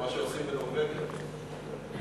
זה מה שעושים בנורבגיה, דרך אגב.